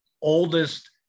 oldest